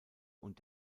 und